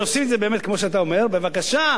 אם היו עושים את זה באמת, כמו שאתה אומר, בבקשה.